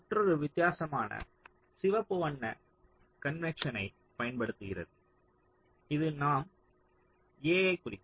மற்றொரு வித்தியாசமான சிவப்பு வண்ண கன்வென்ஸன்னை பயன்படுத்துகிறது இது நம் A ஐ குறிக்கும்